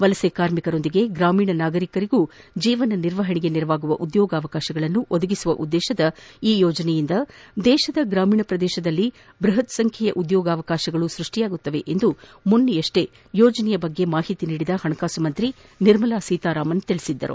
ವಲಸೆ ಕಾರ್ಮಿಕರೊಂದಿಗೆ ಗ್ರಾಮೀಣ ನಾಗರಿಕರಿಗೆ ಜೀವನ ನಿರ್ವಹಣೆಗೆ ನೆರವಾಗುವ ಉದ್ಲೋಗಾವಕಾಶಗಳನ್ನು ಒದಗಿಸುವ ಉದ್ಲೇಶದ ಈ ಯೋಜನೆಯಿಂದ ದೇಶದ ಗ್ರಾಮೀಣ ಪ್ರದೇಶದಲ್ಲಿ ಬೃಹತ್ ಸಂಖ್ಲೆಯ ಉದ್ಲೋಗಾವಕಾಶಗಳು ಸೃಷ್ಷಿಯಾಗಲಿವೆ ಎಂದು ಮೊನ್ನೆ ಯೋಜನೆಯ ಬಗ್ಗೆ ಮಾಹಿತಿ ನೀಡಿದ ಹಣಕಾಸು ಸಚಿವೆ ನಿರ್ಮಲಾ ಸೀತಾರಾಮನ್ ತಿಳಿಸಿದರು